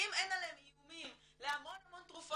אם אין עליהם איומים להמון המון תרופות